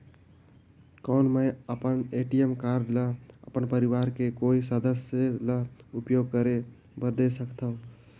कौन मैं अपन ए.टी.एम कारड ल अपन परवार के कोई सदस्य ल उपयोग करे बर दे सकथव?